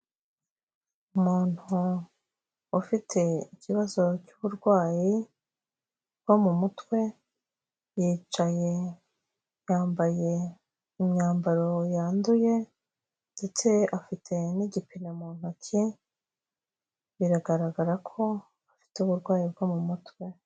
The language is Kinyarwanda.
Umuntu ufite ikibazo cy'uburwayi bwo mu mutwe, yicaye yambaye imyambaro yanduye ndetse afite n'igipine mu ntoki biragaragara ko afite uburwayi bwo mu mutwe.